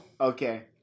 Okay